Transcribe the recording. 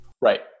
Right